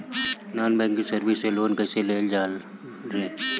Non banking service से loan कैसे लेल जा ले?